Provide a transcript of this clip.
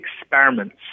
experiments